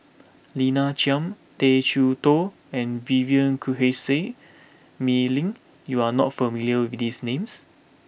Lina Chiam Tay Chee Toh and Vivien Quahe Seah Mei Lin you are not familiar with these names